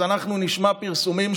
אז אנחנו עסוקים בפרסומים,